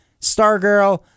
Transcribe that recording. Stargirl